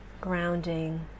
Grounding